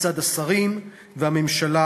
מצד השרים והממשלה